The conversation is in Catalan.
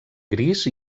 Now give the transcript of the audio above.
gris